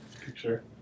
picture